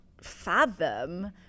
fathom